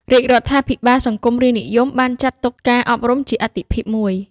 រាជរដ្ឋាភិបាលសង្គមរាស្រ្តនិយមបានចាត់ទុកការអប់រំជាអាទិភាពមួយ។